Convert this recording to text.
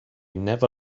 never